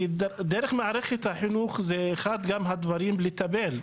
כי דרך החינוך אפשר גם לטפל.